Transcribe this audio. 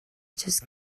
just